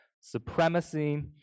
supremacy